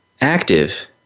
active